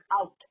out